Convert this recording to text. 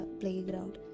playground